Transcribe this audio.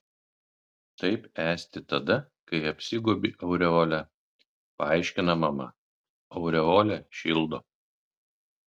taip esti tada kai apsigobi aureole paaiškina mama aureolė šildo